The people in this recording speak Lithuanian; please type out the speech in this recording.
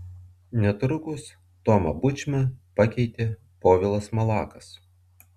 netrukus tomą bučmą pakeitė povilas malakas